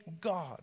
God